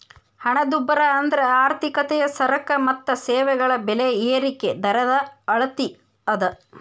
ಹಣದುಬ್ಬರ ಅಂದ್ರ ಆರ್ಥಿಕತೆಯ ಸರಕ ಮತ್ತ ಸೇವೆಗಳ ಬೆಲೆ ಏರಿಕಿ ದರದ ಅಳತಿ ಅದ